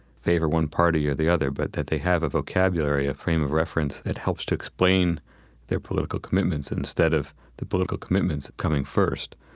favor one party or the other, but that they have a vocabulary, a frame of reference that helps to explain their political commitments instead of the political commitments coming first.